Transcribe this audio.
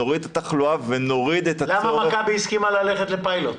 נוריד את התחלואה ונוריד את הצורך --- למה מכבי הסכימה ללכת לפיילוט?